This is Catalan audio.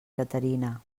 caterina